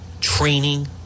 training